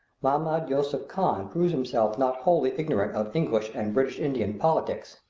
mahmoud yusuph khan proves himself not wholly ignorant of english and british-indian politics.